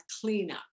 cleanup